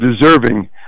deserving